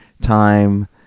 time